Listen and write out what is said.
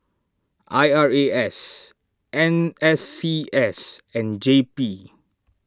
I R A S N S C S and J P